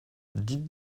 dites